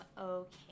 okay